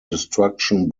destruction